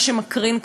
מה שמקרין,